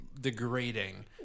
degrading